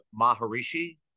Maharishi